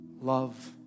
love